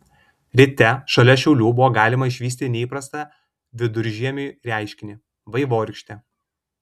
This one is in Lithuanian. ryte šalia šiaulių buvo galima išvysti neįprastą viduržiemiui reiškinį vaivorykštę